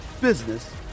business